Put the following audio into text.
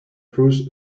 cruz